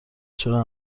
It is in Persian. چرا